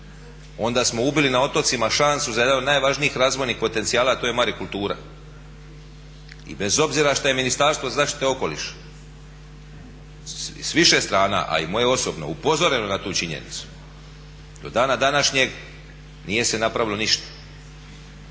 smo ubili na otocima šansu za jedan od najvažnijih razvojnih potencijala a to je marikultura. I bez obzira što je Ministarstvo zaštite okoliša s više strana a i moje osobno upozoreno na tu činjenicu do dana današnjeg nije se napravilo ništa.